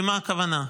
למה הכוונה?